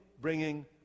bringing